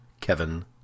Kevin